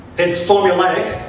it's formulaic,